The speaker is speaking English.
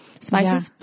Spices